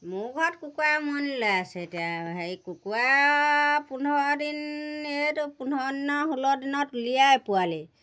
মোৰ ঘৰত কুকুৰা উমনি লৈ আছে এতিয়া হেৰি কুকুৰা পোন্ধৰ দিন এইটো পোন্ধৰ দিনৰ ষোল্ল দিনত উলিয়ায় পোৱালি